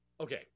Okay